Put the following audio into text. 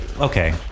Okay